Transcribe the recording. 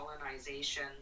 colonization